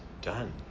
done